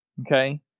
Okay